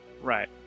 Right